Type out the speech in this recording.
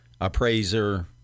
appraiser